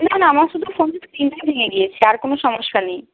না না আমার শুধু ফোনের স্ক্রিনটাই ভেঙে গিয়েছে আর কোনো সমস্যা নেই